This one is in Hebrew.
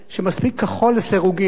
שמספיק כחול לסירוגין,